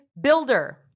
builder